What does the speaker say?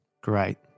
Great